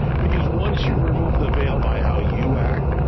because once you remove the veil by how you act,